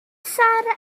sarra